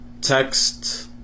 text